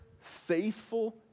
faithful